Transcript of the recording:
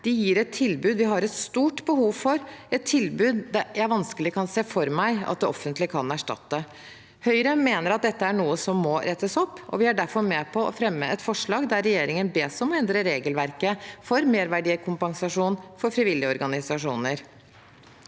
De gir et tilbud vi har stort behov for, et tilbud jeg vanskelig kan se for meg at det offentlige kan erstatte. Høyre mener at dette er noe som må rettes opp, og vi er derfor med på å fremme et forslag der regjeringen bes om å endre regelverket for merverdikompensasjon for frivillige organisasjoner.